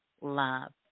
love